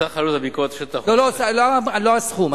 סך עלות בדיקות השטח, לא, לא הסכום.